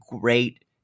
great